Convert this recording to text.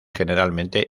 generalmente